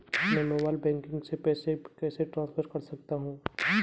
मैं mobile banking से पैसे कैसे ट्रांसफर कर सकता हूं?